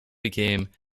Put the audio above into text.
became